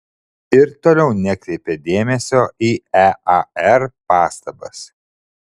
ir toliau nekreipė dėmesio į ear pastabas